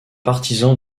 partisan